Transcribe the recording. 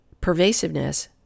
Pervasiveness